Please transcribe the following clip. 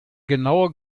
genaue